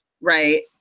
Right